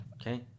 Okay